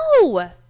no